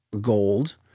gold